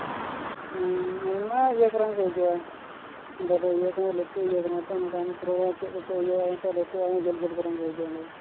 ᱦᱮᱸ ᱟᱭᱢᱟ ᱤᱭᱟᱹ ᱠᱚᱨᱮᱱ ᱠᱚ ᱦᱤᱡᱩᱜᱼᱟ ᱚᱸᱰᱮ ᱫᱚ ᱤᱭᱟᱹ ᱠᱟᱱᱟ ᱞᱟᱹᱴᱩ ᱤᱭᱟᱹ ᱠᱟᱱᱟ ᱛᱚ ᱚᱱᱟᱛᱮ ᱪᱮᱫ ᱠᱚᱪᱚᱝ ᱞᱟᱹᱴᱩ ᱡᱷᱟᱹᱞ ᱡᱷᱟᱹᱞ ᱠᱚᱨᱮᱱ ᱠᱚ ᱦᱤᱡᱩᱜᱼᱟ ᱚᱸᱰᱮ ᱫᱚ